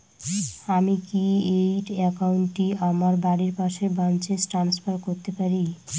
আমি কি এই একাউন্ট টি আমার বাড়ির পাশের ব্রাঞ্চে ট্রান্সফার করতে পারি?